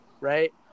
right